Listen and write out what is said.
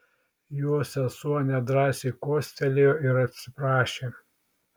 jo sesuo nedrąsai kostelėjo ir atsiprašė